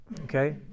Okay